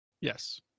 Yes